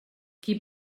qui